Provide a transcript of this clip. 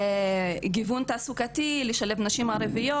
גיוון תעסוקתי, לשלב נשים ערביות.